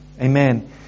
Amen